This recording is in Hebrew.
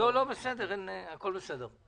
הכול בסדר.